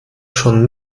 schon